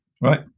right